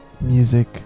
music